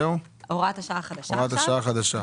הוראת השעה החדשה.